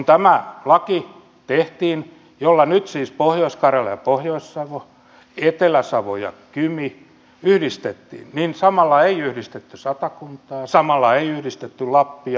kun tämä laki tehtiin jolla nyt siis pohjois karjala ja pohjois savo etelä savo ja kymi yhdistettiin niin samalla ei yhdistetty satakuntaa samalla ei yhdistetty lappia